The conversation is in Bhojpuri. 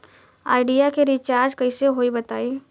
आइडिया के रीचारज कइसे होई बताईं?